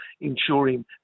ensuring